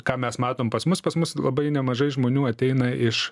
ką mes matom pas mus pas mus labai nemažai žmonių ateina iš